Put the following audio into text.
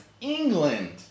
England